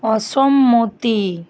অসম্মতি